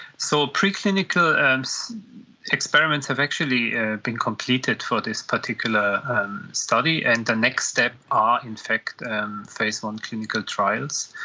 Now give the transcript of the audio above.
so preclinical um so experiments have actually ah been completed for this particular study and the next step are in fact phase one clinical trials,